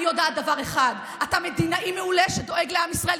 אני יודעת דבר אחד: אתה מדינאי מעולה שדואג לעם ישראל,